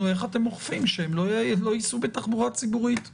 איך אתם אוכפים שהם לא ייסעו בתחבורה ציבורית הביתה.